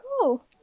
Cool